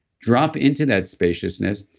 drop into that spaciousness,